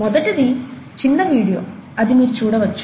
మొదటిది చిన్న వీడియో అది మీరు చూడవచ్చు